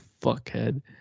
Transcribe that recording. fuckhead